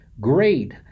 great